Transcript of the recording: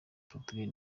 portugal